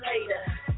later